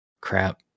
crap